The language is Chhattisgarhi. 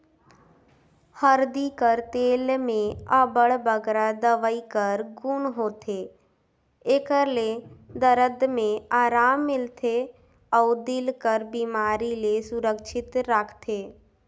हरदी कर तेल में अब्बड़ बगरा दवई कर गुन होथे, एकर ले दरद में अराम मिलथे अउ दिल कर बेमारी ले सुरक्छित राखथे